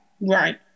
Right